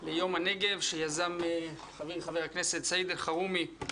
ליום הנגב, שיזם חברי, חבר הכנסת סעיד אלחרומי.